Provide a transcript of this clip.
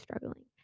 struggling